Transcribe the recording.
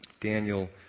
Daniel